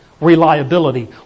reliability